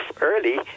early